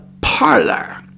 parlor